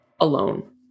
alone